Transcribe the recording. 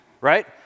right